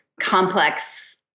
complex